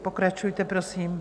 Pokračujte, prosím.